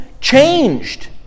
changed